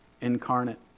incarnate